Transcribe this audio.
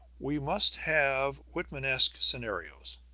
we must have whitmanesque scenarios,